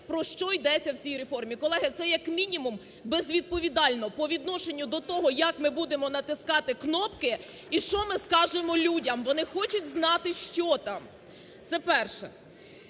про що йдеться в цій реформі. Колеги, це як мінімум безвідповідально по відношенню до того, як ми будемо натискати кнопки і що ми скажемо людям, вони хочуть знати, що там. Це перше.